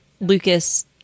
Lucas